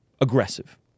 aggressive